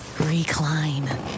Recline